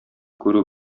күрү